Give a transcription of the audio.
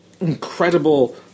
incredible